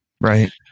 right